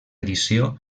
edició